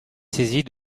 saisie